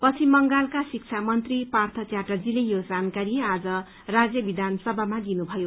पश्चिम बंगालका शिक्षा मन्त्री पार्थ च्याटर्जीले यो जानकारी आज राज्य विधानसभामा दिनुभयो